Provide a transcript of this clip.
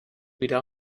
wieder